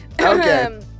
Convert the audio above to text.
Okay